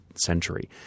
century